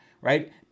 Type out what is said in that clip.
right